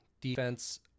defense